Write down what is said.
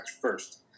first